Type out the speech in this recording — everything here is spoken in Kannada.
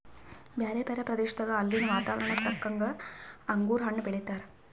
ಬ್ಯಾರೆ ಬ್ಯಾರೆ ಪ್ರದೇಶದಾಗ ಅಲ್ಲಿನ್ ವಾತಾವರಣಕ್ಕ ತಕ್ಕಂಗ್ ಅಂಗುರ್ ಹಣ್ಣ್ ಬೆಳೀತಾರ್